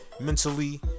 mentally